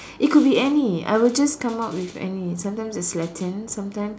it could be any I will just come out with any sometimes it's Latin sometimes